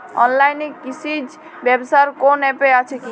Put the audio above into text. অনলাইনে কৃষিজ ব্যবসার কোন আ্যপ আছে কি?